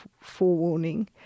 forewarning